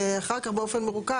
אחר כך באופן מרוכז.